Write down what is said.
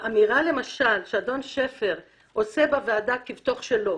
האמירה למשל שאדון שפר עושה בוועדה כבתוך שלו,